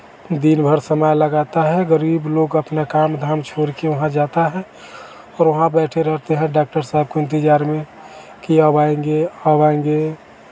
दिन भर सामान लगाता है ग़रीब लोग अपना काम धाम छोड़ के वहाँ जाता है और वहाँ बैठे रहते हैं डाक्टर साहब के इंतज़ार में कि अब आएंगे अब आएंगे